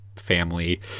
family